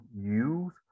use